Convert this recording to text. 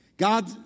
God